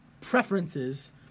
preferences